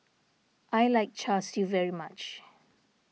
I like Char Siu very much